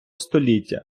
століття